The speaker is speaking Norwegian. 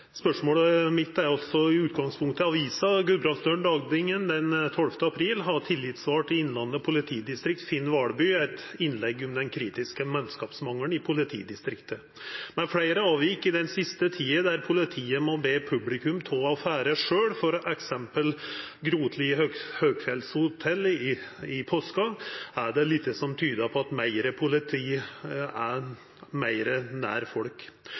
spørsmålet er litt i same gate, for det handlar om oppgåvene til politiet. «I avisa Gudbrandsdølen Dagningen den 12. april har tillitsvald i Innlandet Politidistrikt, Finn Hvalbye, eit innlegg om den kritiske mannskapsmangelen i politidistriktet. Med fleire avvik i den siste tiden der politiet må be publikum ta affære sjølv, for eksempel på Grotli Høyfjellshotell i påska, er det lite som tydar på meire politi nær folk.